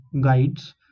guides